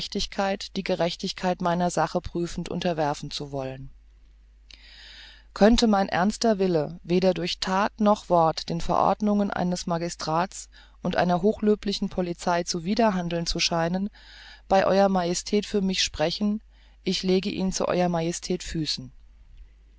die gerechtigkeit meiner sache prüfend unterwerfen zu wollen könnte mein ernster wille weder durch that noch wort den verordnungen eines hohen magistrats und einer hochlöblichen polizei zuwider handelnd zu scheinen bei ew majestät für mich sprechen ich lege ihn zu ew majestät füßen